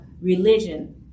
religion